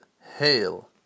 hail